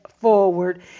forward